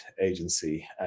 agency